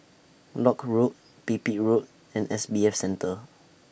Lock Road Pipit Road and S B F Center